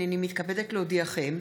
הינני מתכבדת להודיעכם,